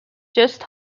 just